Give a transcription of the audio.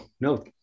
no